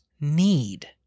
need